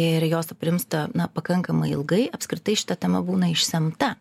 ir jos aprimsta na pakankamai ilgai apskritai šita tema būna išsemta